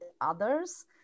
others